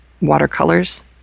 watercolors